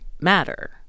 matter